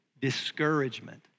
discouragement